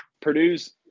Purdue's